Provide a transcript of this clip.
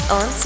on